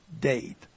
date